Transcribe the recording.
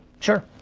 sure.